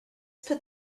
put